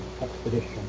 expedition